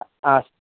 अस्तु